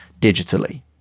digitally